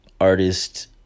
artist